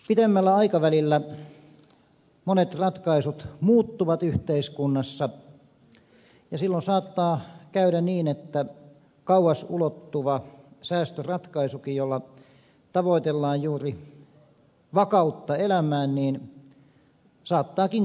pitemmällä aikavälillä monet ratkaisut muuttuvat yhteiskunnassa ja silloin saattaa käydä niin että kauas ulottuva säästöratkaisukin jolla tavoitellaan juuri vakautta elämään saattaakin kadota